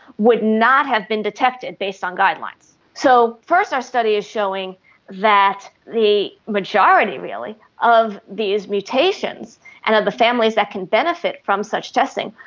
would not have been detected based on guidelines. so, first our study is showing that the majority really of these mutations and of the families that can benefit from such testing,